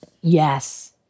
Yes